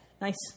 Nice